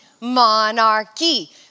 monarchy